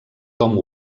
tom